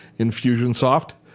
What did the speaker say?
infusionsoft.